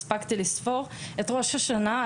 בראש השנה,